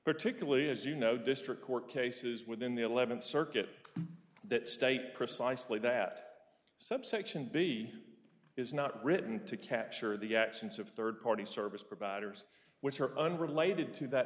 particularly as you know district court cases within the eleventh circuit that state precisely that subsection b is not written to capture the actions of third party service providers which are unrelated to that